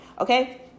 okay